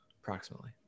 approximately